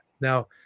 Now